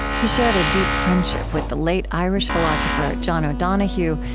he shared a deep friendship with the late irish philosopher john o'donohue,